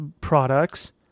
products